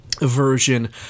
Version